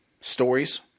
stories